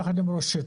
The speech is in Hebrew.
יחד עם -- שטח.